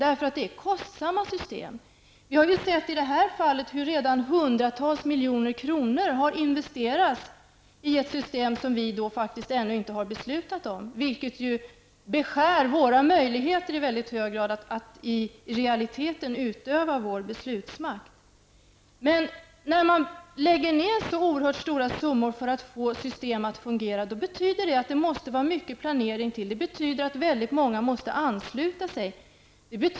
Dessa system är nämligen kostsamma. Vi har i detta fall sett hur hundratals miljoner kronor redan har investerats i ett system som vi ännu inte har beslutat om. Detta beskär i hög grad våra möjligheter att i realiteten utöva vår beslutsmakt. Men när man lägger ned så oerhört stora summor för att få system att fungera, krävs det mycket av planering, och väldigt många måste ansluta sig.